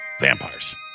vampires